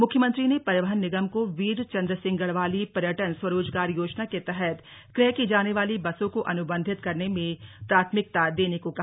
मुख्यमंत्री ने परिवहन निगम को वीर चन्द्र सिंह गढ़वाली पर्यटन स्वरोजगार योजना के तहत क्रय की जाने वाली बसों को अनुबंधित करने में प्राथमिकता देने को कहा